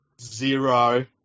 Zero